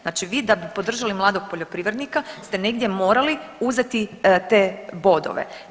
Znači vi da bi podržali mladog poljoprivrednika ste negdje morali uzeti te bodove.